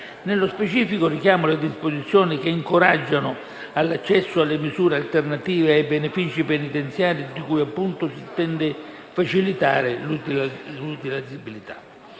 Nello specifico, richiamo le disposizioni che incoraggiano all'accesso alle misure alternative e ai benefici penitenziari, di cui appunto si intende facilitare l'utilizzabilità;